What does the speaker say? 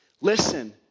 Listen